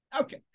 Okay